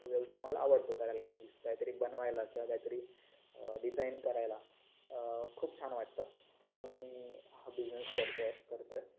तो व्यवसाय मला आवडतो करायला ॲक्च्युली कायतरी बनवायला किंवा कायतरी डिजाईन करायला खूप छान वाटतं म्हणून मी हा बिजनेस करतो आहे करतो आहे